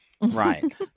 Right